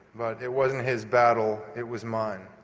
but it wasn't his battle, it was mine.